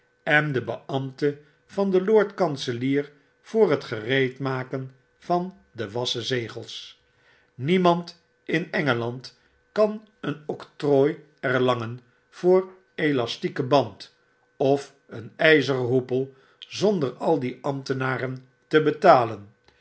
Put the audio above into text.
en de beambte van den lord kanselier voor t gereedmaken van de wassen zegels niemand in engeland kan een octrooi erlangen voor een elastieken band of een ijzeren hoepel zonder al die ambtenaren te betalen